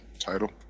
title